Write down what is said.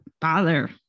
bother